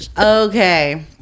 okay